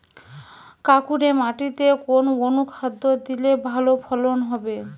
কাঁকুরে মাটিতে কোন অনুখাদ্য দিলে ভালো ফলন হবে?